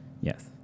yes